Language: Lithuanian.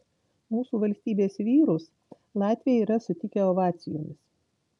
mūsų valstybės vyrus latviai yra sutikę ovacijomis